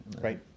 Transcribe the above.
right